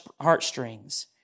heartstrings